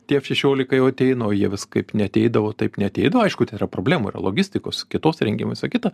tie f šešiolika jau ateina o jie vis kaip neateidavo taip neateidavo aišku tai yra problema yra logistikos kitos įrengimas visa kita